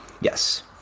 Yes